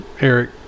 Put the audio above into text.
Eric